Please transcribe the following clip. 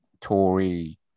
Tory